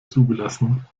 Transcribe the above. zugelassen